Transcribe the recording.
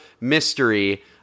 mystery